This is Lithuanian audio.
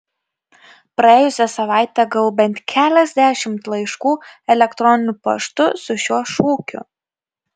praėjusią savaitę gavau bent keliasdešimt laiškų elektoriniu paštu su šiuo šūkiu